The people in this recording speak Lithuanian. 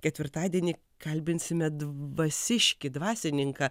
ketvirtadienį kalbinsime dvasiškį dvasininką